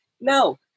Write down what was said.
No